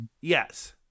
yes